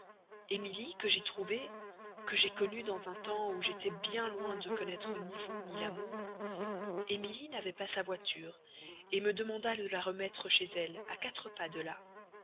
emilie que j'y rencontrai que j'ai connue dans un temps où j'étais bien loin de connaître ni vous ni l'amour emilie n'avait pas sa voiture me demanda de la remettre chez elle à quatre pas de là